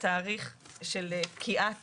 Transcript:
ההסתייגויות של חבר הכנסת אייכלר היו לתאריך של פקיעת